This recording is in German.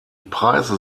preise